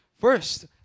First